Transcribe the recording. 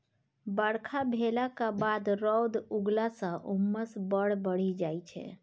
बरखा भेलाक बाद रौद उगलाँ सँ उम्मस बड़ बढ़ि जाइ छै